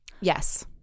yes